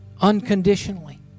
Unconditionally